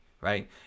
right